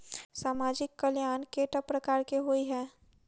सामाजिक कल्याण केट प्रकार केँ होइ है?